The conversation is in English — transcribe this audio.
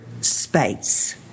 space